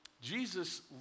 Jesus